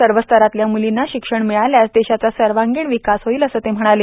सर्व स्तरातल्या म्लींना शिक्षण मिळाल्यास देशाचा सर्वांगिण विकास होईल असे ते म्हणाले